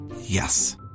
Yes